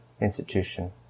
institution